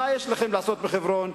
מה יש לכם לעשות בחברון?